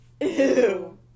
Ew